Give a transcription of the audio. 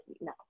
No